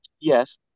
yes